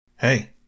Hey